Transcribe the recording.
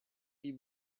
huit